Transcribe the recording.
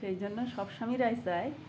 সেই জন্য সব স্বামীরাই চায়